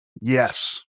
Yes